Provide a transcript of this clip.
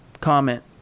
comment